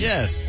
Yes